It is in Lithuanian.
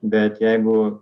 bet jeigu